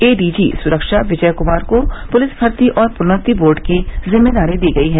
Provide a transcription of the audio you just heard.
ADG सुरक्षा विजय क्मार को police भर्ती और प्रोन्नति बोर्ड की जिम्मेदारी दी गयी है